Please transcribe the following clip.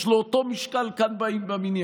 יש לו אותו משקל כאן בבניין.